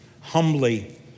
humbly